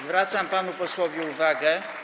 Zwracam panu posłowi uwagę.